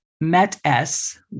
MET-S